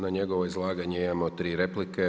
Na njegovo izlaganje imamo tri replike.